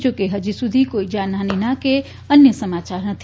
જો કે હજી સુધી કોઇ જાનહાનિના કે અન્ય સમાચાર નથી